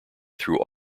through